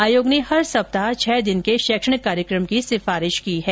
आयोग ने हर सप्ताह छह दिन के शैक्षणिक कार्यक्रम की सिफारिश की है